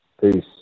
Peace